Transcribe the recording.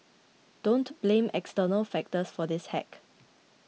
don't blame external factors for this hack